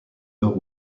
nord